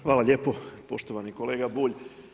Hvala lijepo poštovani kolega Bulj.